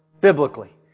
Biblically